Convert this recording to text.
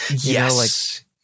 Yes